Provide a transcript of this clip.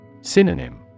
Synonym